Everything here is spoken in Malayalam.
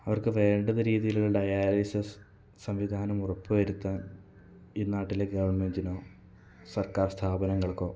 അവർക്ക് വേണ്ടുന്ന രീതീലുള്ള ഡയാലിസിസ് സംവിധാനം ഉറപ്പ് വരുത്താൻ ഈ നാട്ടിലെ ഗവൺമെന്റിനോ സർക്കാർ സ്ഥാപനങ്ങൾക്കോ